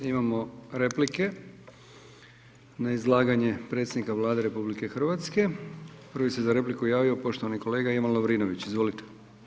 Imamo replike na izlaganje predsjednika Vlade RH, prvi se za repliku javio poštovani kolega Ivan Lovrinović, izvolite.